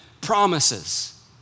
promises